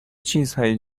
چیزهای